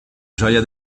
gioia